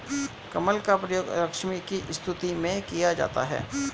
कमल का प्रयोग लक्ष्मी की स्तुति में किया जाता है